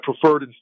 preferred